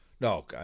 No